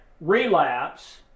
relapse